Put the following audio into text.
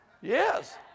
Yes